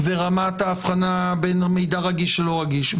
ורמת ההבחנה בין מידע רגיש ללא רגיש,